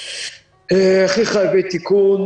כי חייבי תיקון,